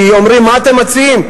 כי אומרים: מה אתם מציעים?